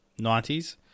90s